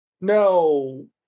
No